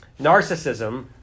narcissism